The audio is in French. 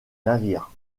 navires